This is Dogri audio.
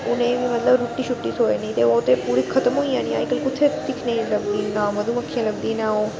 उ'नें गी मतलब रुट्टी छुट्टी थ्होऐ उनें गी ओह् ते पूरियां खतम होई जानेियां अज्जकल कुत्थें दिक्खने गी लभदियां न नां मधुमक्खी लभदी नां ओह्